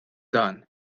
dan